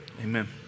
amen